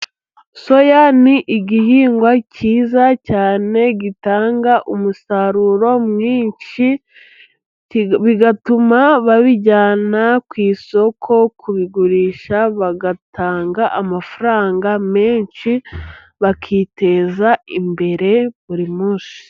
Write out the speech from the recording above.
Soya ni igihingwa cyiza cyane gitanga umusaruro mwinshi, bigatuma babijyana ku isoko kubigurisha, bagatanga amafaranga menshi bakiteza imbere buri munsi.